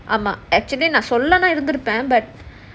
ஆமா:aamaa actually சொல்லாம இருந்துருப்பேன்:sollaama irunthuruppaen but